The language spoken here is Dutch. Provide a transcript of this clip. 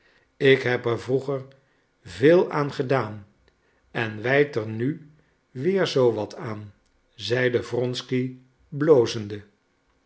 ik heb er vroeger veel aan gedaan en wijd er mij nu weer zoo wat aan zeide wronsky blozende